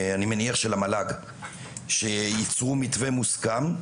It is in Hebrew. אני מניח של המל"ג, שייצרו מתווה מוסכם,